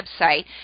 website